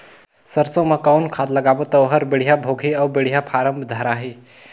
सरसो मा कौन खाद लगाबो ता ओहार बेडिया भोगही अउ बेडिया फारम धारही?